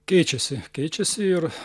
keičiasi keičiasi ir